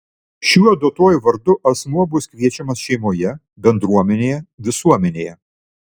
šiuo duotuoju vardu asmuo bus kviečiamas šeimoje bendruomenėje visuomenėje